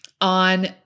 on